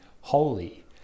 holy